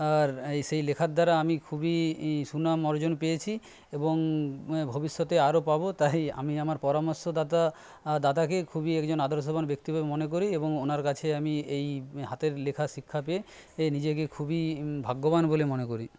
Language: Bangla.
আর এই সেই লেখার দ্বারা আমি খুবই সুনাম অর্জন পেয়েছি এবং ভবিষ্যতে আরও পাবো তাই আমি আমার পরামর্শদাতা দাতাকে খুবই একজন আদর্শবান ব্যক্তি বলে মনে করি এবং ওঁর কাছে আমি এই হাতের লেখা শিক্ষা পেয়ে এই নিজেকে খুবই ভাগ্যবান বলে মনে করি